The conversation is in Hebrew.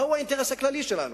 מהו האינטרס הכללי שלנו?